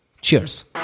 cheers